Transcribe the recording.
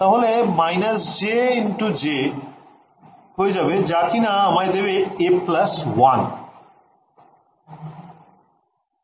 তাহলে − j × j হয়ে যাবে যা কিনা আমায় দেবে a 1